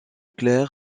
clair